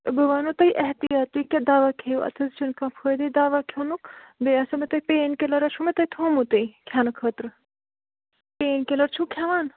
بہٕ وَنہو تۅہہِ احتِیاط تُہۍ کیٛاہ دوا کھیٚیِو اَتھ حظ چھُنہٕ کانٛہہ فٲیدے دوا کھٮ۪نُک بیٚیہِ آسٮ۪و مےٚ تۄہہِ پین کِلر ہے چھُو مےٚ تۄہہِ تھوٚومُت کھٮ۪نہٕ خٲطرٕ پین کِلر چھُو کھٮ۪وان